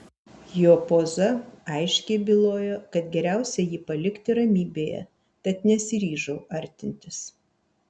jo poza aiškiai bylojo kad geriausia jį palikti ramybėje tad nesiryžau artintis